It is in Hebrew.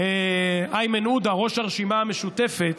איימן עודה, ראש הרשימה המשותפת,